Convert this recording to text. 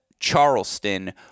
charleston